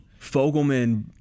Fogelman